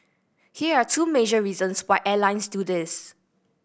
here are two major reasons why airlines do this